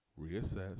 reassess